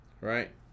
right